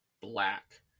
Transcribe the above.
black